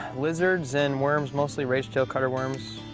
lizards and worms, mostly race gel cut-r worms.